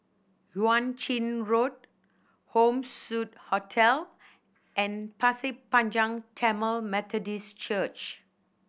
Yuan Ching Road Home Suite Hotel and Pasir Panjang Tamil Methodist Church